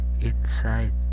inside